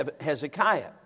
Hezekiah